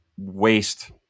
Waste